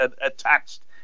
attached